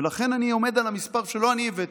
ולכן אני עומד על המספר, שלא אני הבאתי,